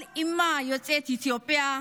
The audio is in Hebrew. כל אימא יוצאת אתיופיה,